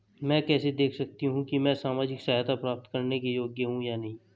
मैं कैसे देख सकती हूँ कि मैं सामाजिक सहायता प्राप्त करने के योग्य हूँ या नहीं?